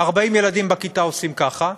40 ילדים בכיתה עושים ככה,